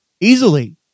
easily